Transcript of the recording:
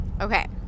Okay